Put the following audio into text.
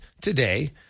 today